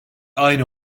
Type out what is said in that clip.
aynı